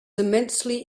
immensely